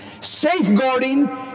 safeguarding